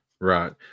Right